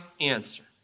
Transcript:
answer